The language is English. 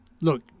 Look